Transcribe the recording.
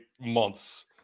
months